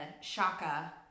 shaka